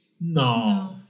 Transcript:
No